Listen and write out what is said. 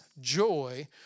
joy